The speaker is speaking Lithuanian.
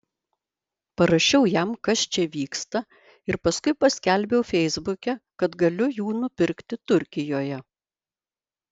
parašiau jam kas čia vyksta ir paskui paskelbiau feisbuke kad galiu jų nupirkti turkijoje